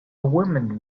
woman